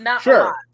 Sure